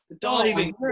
diving